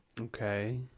Okay